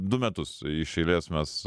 du metus iš eilės mes